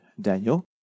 Daniel